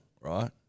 right